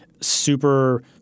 super